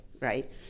right